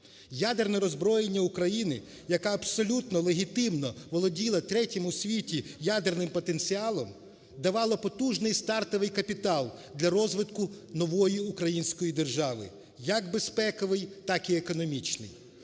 Ядерне роззброєння України, яка абсолютно легітимно володіла третім у світі ядерним потенціалом, давала потужний стартовий капітал для розвитку нової Української держави якбезпековий, так і економічний.